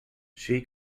she